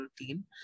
routine